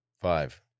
five